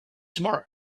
tomorrow